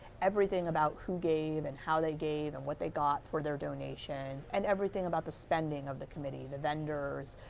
everything about who gave and how they gave and what they got for their donations and everything about the spending of the committee, the vendors,